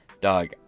Dog